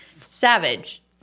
Savage